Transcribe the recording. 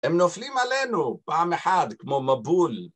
הם נופלים עלינו פעם אחד כמו מבול